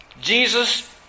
Jesus